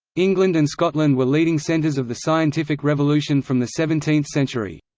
england and scotland were leading centres of the scientific revolution from the seventeenth century.